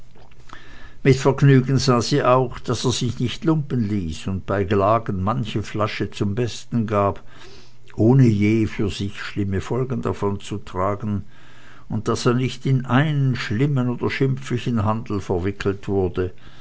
mit vergnügen sah sie auch daß er sich nicht lumpen ließ und bei gelagen manche flasche zum besten gab ohne je für sich selbst schlimme folgen davonzutragen und daß er nicht in einen schlimmen oder schimpflichen handel verwickelt wurde